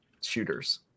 shooters